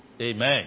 Amen